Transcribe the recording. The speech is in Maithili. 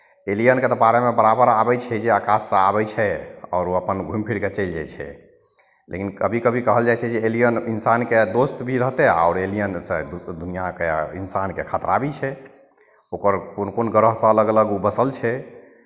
एलियनके तऽ बारेमे बराबर आबै छै जे आकाशसँ आबै छै आओर अपन घुमि फिरि कऽ चलि जाइ छै लेकिन कभी कभी कहल जाइ छै जे एलियन इन्सानके दोस्त भी रहतै आओर एलियनसँ दुनिआँकेँ इनसानकेँ खतरा भी छै ओकर कोन कोन ग्रहपर अलग अलग ओ बसल छै